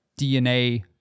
DNA